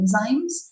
enzymes